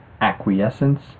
acquiescence